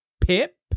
pip